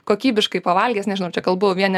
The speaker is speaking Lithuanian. kokybiškai pavalgęs nežinau čia kalbu vien